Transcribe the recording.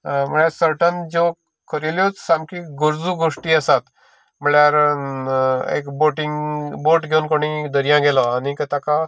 म्हळ्यार सर्टन ज्यो खरल्योच सामक्यो गरजो गोश्टी आसात म्हळ्यार एक बोटिंग बोट घेवन दर्यान गेलो आनी ताका